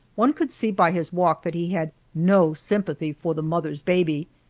one could see by his walk that he had no sympathy for the mother's baby.